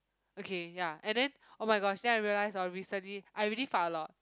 okay ya and then oh-my-gosh then I realised oh recently I really fart a lot